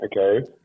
Okay